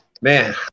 man